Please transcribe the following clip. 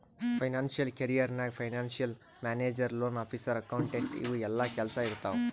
financial career ನಾಗ್ financial manager, loan officer, accountant ಇವು ಎಲ್ಲಾ ಕೆಲ್ಸಾ ಇರ್ತಾವ್